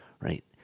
right